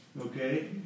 okay